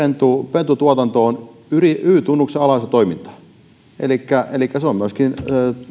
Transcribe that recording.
pentutuotanto on y tunnuksen alaista toimintaa elikkä elikkä se on myöskin